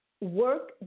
work